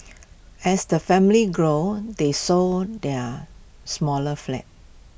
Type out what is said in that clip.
as the family grew they sold their smaller flats